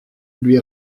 lui